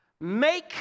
Make